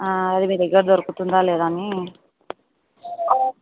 అది మీ దగ్గర దొరుకుతుందా లేదా అని